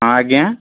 ହଁ ଆଜ୍ଞା